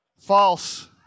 false